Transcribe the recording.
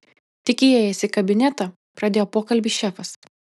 tik įėjęs į kabinetą pradėjo pokalbį šefas